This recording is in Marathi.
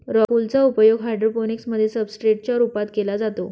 रॉक वूल चा उपयोग हायड्रोपोनिक्स मध्ये सब्सट्रेट च्या रूपात केला जातो